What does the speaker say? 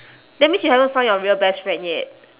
that means you haven't find your real best friend yet